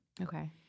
Okay